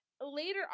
Later